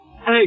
Hey